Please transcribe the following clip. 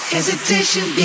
Hesitation